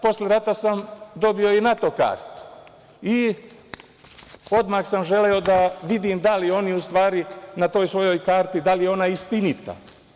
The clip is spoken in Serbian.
Posle rata ja sam dobio i NATO kartu i odmah sam želeo da vidim da li oni u stvari na toj svojoj karti, da li je ona istinita.